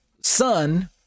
Son